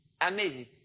amazing